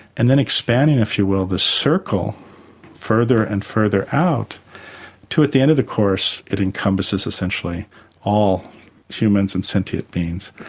and then expanding if you will the circle further and further out to at the end of the course it encompasses essentially all humans and sentient beings.